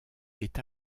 est